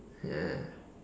ya